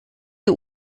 der